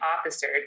officer